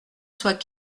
soit